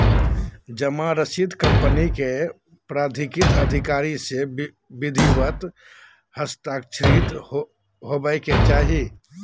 जमा रसीद कंपनी के प्राधिकृत अधिकारी से विधिवत हस्ताक्षरित होबय के चाही